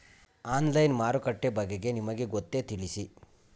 Online ಮಾರುಕಟ್ಟೆ ಬಗೆಗೆ ನಿಮಗೆ ಗೊತ್ತೇ? ತಿಳಿಸಿ?